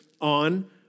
on